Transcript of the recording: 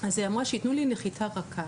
אז היא אמרה, שיתנו לי נחיתה רכה,